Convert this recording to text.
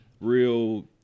real